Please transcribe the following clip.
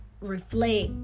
reflect